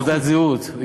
תעודת זהות.